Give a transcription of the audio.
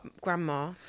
grandma